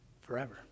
forever